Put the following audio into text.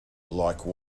like